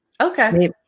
Okay